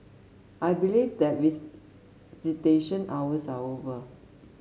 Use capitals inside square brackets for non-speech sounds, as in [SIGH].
I believe that [UNINTELLIGIBLE] visitation hours are over